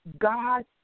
God